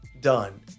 done